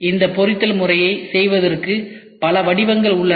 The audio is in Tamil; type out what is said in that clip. இந்த பொரித்தல் முறையைச் செய்வதற்கு பல வடிவங்கள் உள்ளன